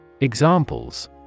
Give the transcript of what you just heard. Examples